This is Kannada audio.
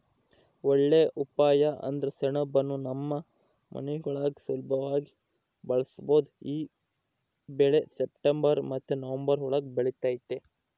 ಒಳ್ಳೇ ಉಪಾಯ ಅಂದ್ರ ಸೆಣಬುನ್ನ ನಮ್ ಮನೆಗುಳಾಗ ಸುಲುಭವಾಗಿ ಬೆಳುಸ್ಬೋದು ಈ ಬೆಳೆ ಸೆಪ್ಟೆಂಬರ್ ಮತ್ತೆ ನವಂಬರ್ ಒಳುಗ ಬೆಳಿತತೆ